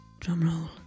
drumroll